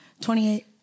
28